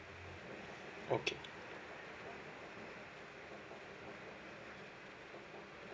okay